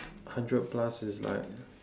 hundred plus is like